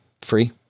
free